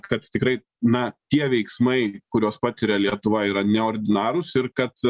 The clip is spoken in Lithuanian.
kad tikrai na tie veiksmai kuriuos patiria lietuva yra neordinarūs ir kad